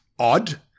Odd